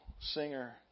singer